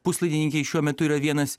puslaidininkiai šiuo metu yra vienas